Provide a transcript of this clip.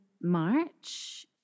March